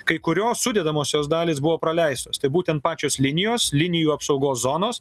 kai kurios sudedamosios dalys buvo praleistos tai būtent pačios linijos linijų apsaugos zonos